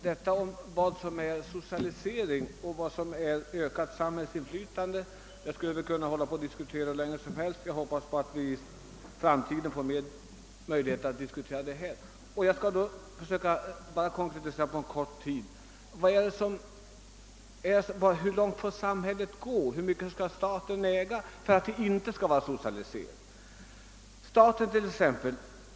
Herr talman! Vad som är socialisering och vad som är ökat samhällsinflytande skulle vi kunna diskutera hur länge som helst. Jag hoppas också att vi framdeles får diskutera den frågan. Nu skall jag bara försöka att mycket kort konkretisera vad jag menar. Hur långt får samhället gå, och hur mycket skall staten äga för att det inte skall betraktas som socialisering?